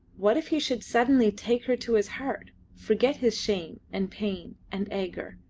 what if he should suddenly take her to his heart, forget his shame, and pain, and anger,